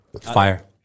Fire